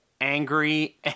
Angry